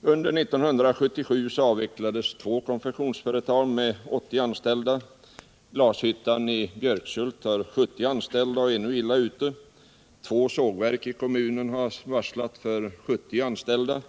Under 1977 avvecklades två konfektionsföretag med 80 anställda. Glashyttan i - Nr 92 Björkshult har 70 anställda och är nu illa ute. Två sågverk i kommunen har Torsdagen den varslat 70 anställda.